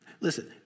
listen